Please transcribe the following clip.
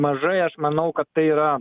mažai aš manau kad tai yra